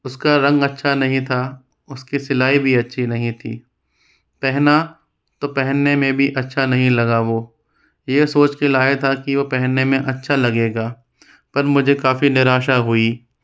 उसका रंग अच्छा नहीं था उसकी सिलाई भी अच्छी नहीं थी पहना तो पहनने में भी अच्छा नहीं लगा वो ये सोच के लाए था कि वो पहनने में अच्छा लगेगा पर मुझे काफ़ी निराशा हुई रंग भी उसका अच्छा नहीं था